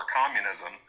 communism